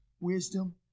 Wisdom